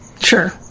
Sure